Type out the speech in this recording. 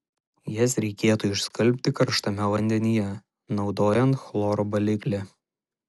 jas reikėtų išskalbti karštame vandenyje naudojant chloro baliklį